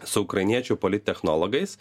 su ukrainiečių polittechnologais